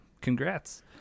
congrats